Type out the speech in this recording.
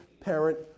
parent